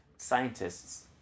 Scientists